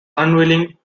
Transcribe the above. unwilling